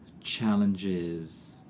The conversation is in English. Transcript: challenges